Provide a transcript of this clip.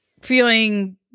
Feeling